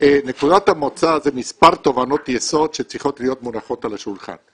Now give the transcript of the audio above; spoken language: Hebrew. נקודת המוצא זה מספר תובנות יסוד שצריכות להיות מונחות על השולחן.